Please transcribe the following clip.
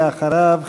ואחריו,